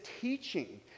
teaching